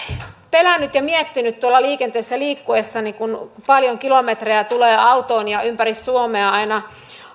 pelännyt ja miettinyt tuolla liikenteessä liikkuessani kun paljon kilometrejä tulee autoon ja ja ympäri suomea aina